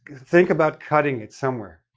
think about cutting it somewhere.